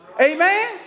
Amen